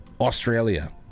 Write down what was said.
Australia